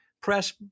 press